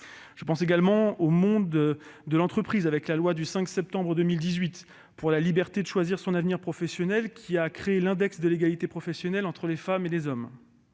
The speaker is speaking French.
Je pense également au monde de l'entreprise, avec la loi du 5 septembre 2018 pour la liberté de choisir son avenir professionnel, qui a créé l'index de l'égalité professionnelle entre les femmes et les hommes.